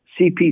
CPC